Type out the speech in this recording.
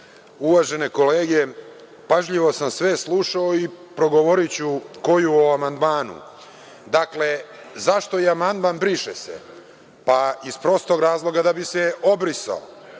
kolege, pažljivo sam sve slušao i progovoriću koju o amandmanu. Dakle, zašto je amandman „briše se“? Pa, iz prostog razloga da bi se obrisao.